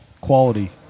quality